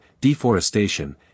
deforestation